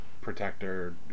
protector